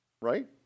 right